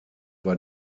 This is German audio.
war